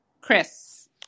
Chris